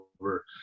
over